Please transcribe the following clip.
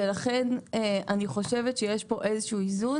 ולכן אני חושבת שיש פה איזשהו איזון.